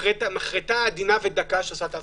מחרטה עדינה ודקה שעושה את הדבר.